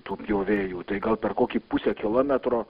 tų pjovėjų tai gal per kokį pusę kilometro